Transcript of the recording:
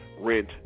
rent